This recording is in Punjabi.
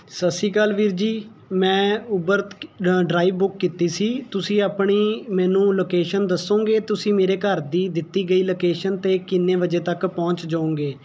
ਸਤ ਸ਼੍ਰੀ ਅਕਾਲ ਵੀਰ ਜੀ ਮੈਂ ਉਬਰ ਡਰਾਈਵ ਬੁੱਕ ਕੀਤੀ ਸੀ ਤੁਸੀਂ ਆਪਣੀ ਮੈਨੂੰ ਲੋਕੇਸ਼ਨ ਦੱਸੋਗੇ ਤੁਸੀਂ ਮੇਰੇ ਘਰ ਦੀ ਦਿੱਤੀ ਗਈ ਲੋਕੇਸ਼ਨ 'ਤੇ ਕਿੰਨੇ ਵਜੇ ਤੱਕ ਪਹੁੰਚ ਜਾਓਗੇ